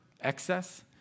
excess